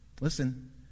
listen